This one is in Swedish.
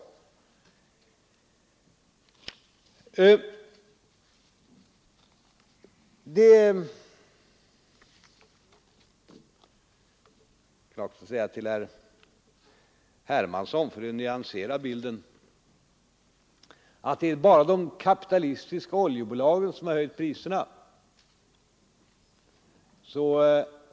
För att nyansera bilden är det klart att jag kan säga till herr Hermansson att det inte bara är de kapitalistiska oljebolagen som har höjt priserna.